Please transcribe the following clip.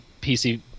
PC